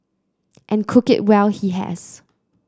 and cook it well he has